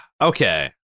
Okay